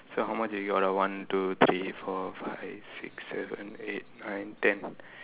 so how much we got ah one two three four five six seven eight nine ten